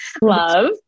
love